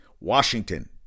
Washington